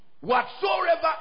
whatsoever